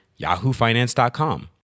yahoofinance.com